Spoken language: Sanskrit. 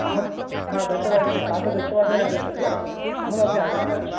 अहं हा दशवादने प्रातः दशवादने आगच्छतु अहमपि आगच्छामि